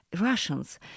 Russians